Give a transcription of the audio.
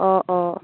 অঁ অঁ